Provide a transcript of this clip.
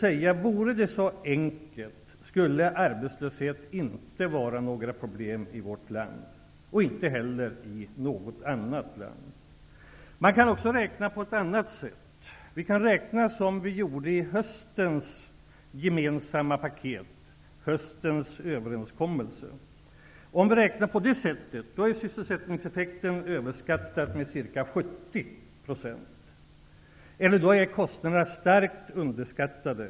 Men vore det så enkelt skulle arbetslösheten inte vara något problem i vårt land och inte heller i något annat land. Man kan också räkna på ett annat sätt, som vi gjorde i höstens gemensamma paket -- höstens överenskommelse. Räknat på det sättet blir sysselsättningseffekten överskattad med ca 70 % och kostnaderna starkt underskattade.